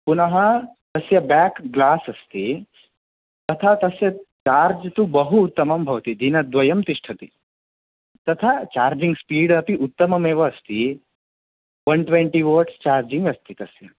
पुनः तस्य back glass अस्ति तथा तस्य चार्ज् तु बहु उत्तमं भवति दिनद्वयं तिष्ठति तथा चार्जिङ्ग् स्पीड् अपि उत्तममेव अस्ति ओन् ट्वेन्टि ओट्स् चार्जिङ्ग् अस्ति तस्य